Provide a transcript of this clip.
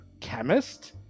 chemist